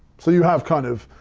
so you have kind of,